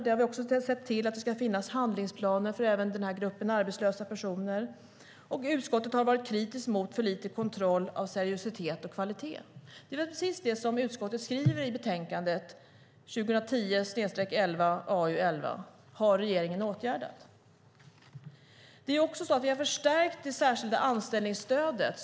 Vi har sett till att det ska finnas handlingsplaner även för denna grupp arbetslösa personer. Utskottet har varit kritiskt mot för lite kontroll av seriositet och kvalitet. Precis det som utskottet skriver i betänkande 2010/11:AU11 har regeringen åtgärdat. Vi har också förstärkt det särskilda anställningsstödet.